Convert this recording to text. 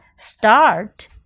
Start